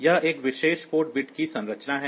यह एक विशेष पोर्ट बिट की संरचना है